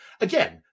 again